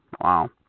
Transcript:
Wow